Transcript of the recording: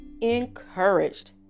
encouraged